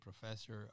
Professor